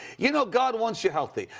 you know, god wants you healthy.